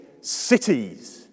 cities